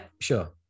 sure